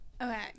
Okay